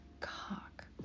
cock